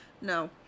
no